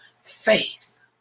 Faith